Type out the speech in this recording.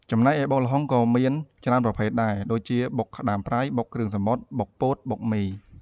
ចំណែកឯបុកល្ហុងក៏មានជាច្រើនប្រភេទដែរ ដូចជា៖ បុកក្តាមប្រៃ បុកគ្រឿងសមុទ្រ បុកពោត បុកមី។